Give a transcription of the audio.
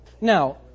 Now